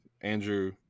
Andrew